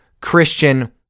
Christian